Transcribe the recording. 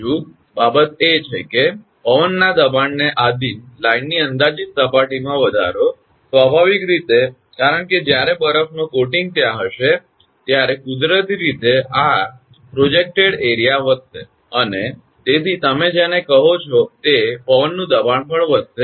બીજી બાબત એ છે કે પવનના દબાણ ને આધિન લાઇનની અંદાજિત સપાટીમાં વધારો સ્વાભાવિક રીતે કારણ કે જ્યારે બરફનો કોટિંગ ત્યાં હશે ત્યારે કુદરતી રીતે આ પ્રોજેકટેડ ક્ષેત્ર વધશે અને તેથી તમે જેને કહો છો તે પવનનું દબાણ પણ વધશે